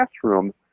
classroom